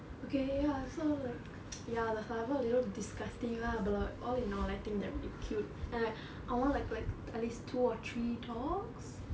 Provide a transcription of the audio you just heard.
okay ya so like ya the saliva a little disgusting lah but like all in all I think they're really cute and like I want like like at least two or three dogs